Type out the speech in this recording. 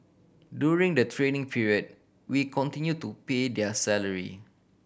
during the training period we continue to pay their salary